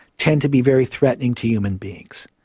tend to be very threatening to human beings.